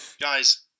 guys